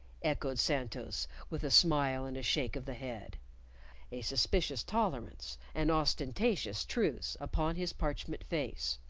echoed santos, with a smile and a shake of the head a suspicious tolerance, an ostentatious truce, upon his parchment face.